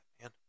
man